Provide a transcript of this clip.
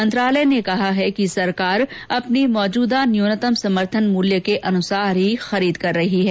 मंत्रालय ने कहा है कि सरकार अपनी मौजूदा न्यूनतम समर्थन मूल्य के अनुसार ही खरीद कर रही है